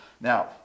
Now